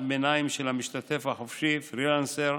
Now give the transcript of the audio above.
ביניים של המשתתף החופשי הפרילנסר,